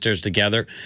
together